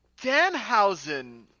Danhausen